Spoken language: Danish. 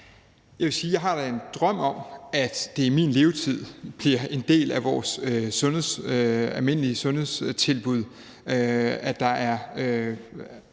Jeg vil sige, at jeg da har en drøm om, at det i min levetid bliver en del af vores almindelige sundhedstilbud,